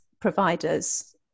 providers